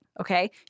okay